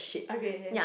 okay yes